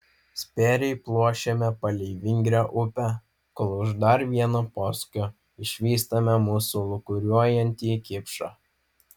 spėriai pluošiame palei vingrią upę kol už dar vieno posūkio išvystame mūsų lūkuriuojantį kipšą